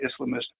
Islamist